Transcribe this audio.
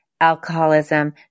alcoholism